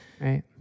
Right